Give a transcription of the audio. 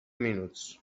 minuts